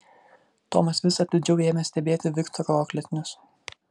tomas vis atidžiau ėmė stebėti viktoro auklėtinius